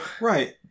Right